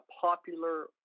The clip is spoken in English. popular